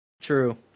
true